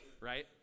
right